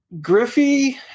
Griffey